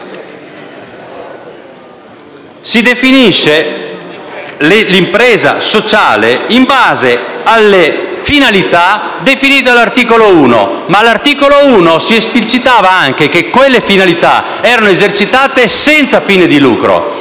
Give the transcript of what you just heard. si definisce l'impresa sociale in base alle finalità definite dall'articolo 1, nel quale però si esplicitava anche che quelle finalità erano esercitate senza fini di lucro;